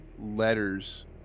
letters